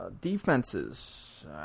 Defenses